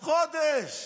חודש.